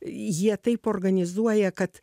jie taip organizuoja kad